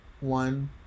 one